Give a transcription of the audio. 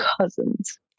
cousins